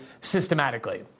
systematically